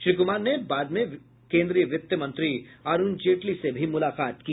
श्री कुमार ने बाद में केन्द्रीय वित्त मंत्री अरूण जेटली से भी मुलाकात की